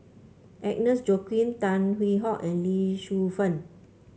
Agnes Joaquim Tan Hwee Hock and Lee Shu Fen